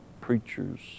preachers